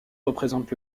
représente